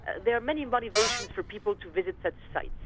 there are many motivations for people to visit such sites.